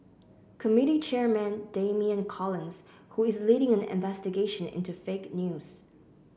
committee chairman Damian and Collins who is leading an investigation into fake news